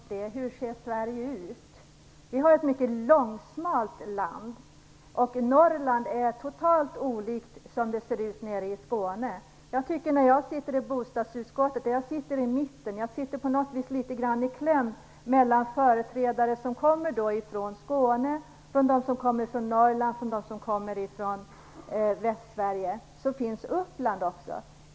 Fru talman! Jag tycker att moderaterna glömmer bort hur Sverige ser ut. Vi har ett mycket långsmalt land. Norrland är totalt olikt Skåne. Jag tycker när jag sitter i bostadsutskottet, där jag sitter i mitten, att jag på något vis sitter litet grand i kläm mellan företrädare som kommer från Skåne, från Norrland och från Västsverige. Uppland finns också.